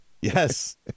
Yes